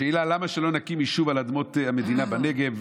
שאלה: למה שלא נקים יישוב על אדמות המדינה בנגב,